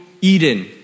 Eden